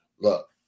Look